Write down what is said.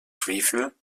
schwefel